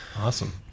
Awesome